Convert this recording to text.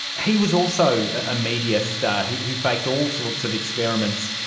he was also a media star who who faked all sorts of experiments.